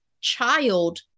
child